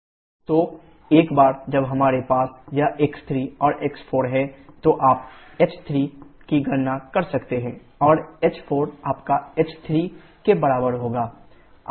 So once we have this x3 and x4 then you can calculate h3 and h4 your h3 will be equal to तो एक बार जब हमारे पास यह x3 और x4 है तो आप h3 की गणना कर सकते हैं और h4 आपका h3 के बराबर होगा h3hf